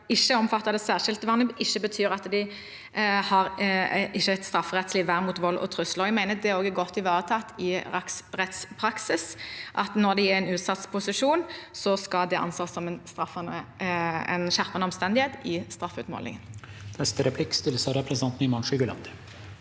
ikke er omfattet av det særskilte vernet, ikke betyr at de ikke har et strafferettslig vern mot vold og trusler. Jeg mener det også er godt ivaretatt i rettspraksis at når de er i en utsatt posisjon, skal det anses som en skjerpende omstendighet i straffeutmålingen.